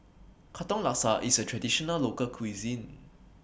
Katong Laksa IS A Traditional Local Cuisine